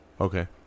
Okay